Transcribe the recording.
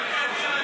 מה?